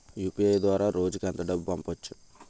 UPI ద్వారా రోజుకి ఎంత డబ్బు పంపవచ్చు?